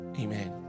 Amen